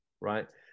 right